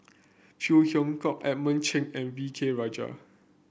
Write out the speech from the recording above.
Phey Yew Kok Edmund Cheng and V K Rajah